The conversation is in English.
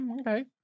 Okay